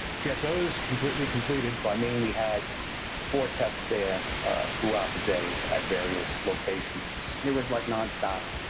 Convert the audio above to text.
get those completely completed. but i mean we had four techs there throughout the day at various locations. it was like nonstop.